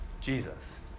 Jesus